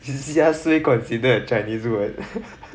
is siasui considered a chinese word